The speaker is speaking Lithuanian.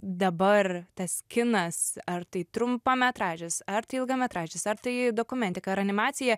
dabar tas kinas ar tai trumpametražis ar tai ilgametražis ar tai dokumentika ar animacija